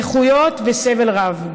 נכויות וסבל רב.